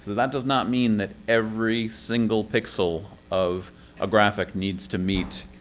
that does not mean that every single pixel of a graphic needs to meet